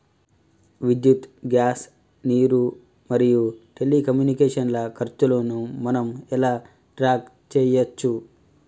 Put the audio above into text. విద్యుత్ గ్యాస్ నీరు మరియు టెలికమ్యూనికేషన్ల ఖర్చులను మనం ఎలా ట్రాక్ చేయచ్చు?